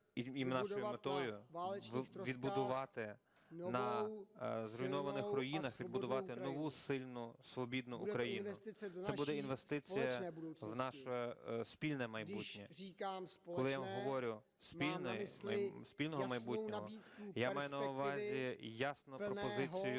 відбудувати, на зруйнованих руїнах відбудувати нову сильну, вільну Україну. Це буде інвестиція в наше спільне майбутнє. Коли я вам говорю спільного майбутнього, я маю на увазі ясно пропозицію